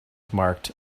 marked